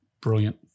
brilliant